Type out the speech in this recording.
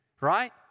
right